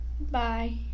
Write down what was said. Bye